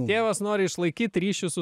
tėvas nori išlaikyt ryšį su